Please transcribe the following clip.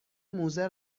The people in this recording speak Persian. موزه